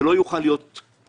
זה לא יוכל להיות קנטור,